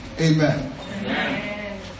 Amen